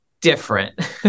different